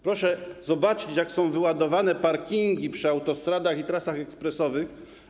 Proszę zobaczyć, jak są wyładowane ciężarówkami parkingi przy autostradach i trasach ekspresowych.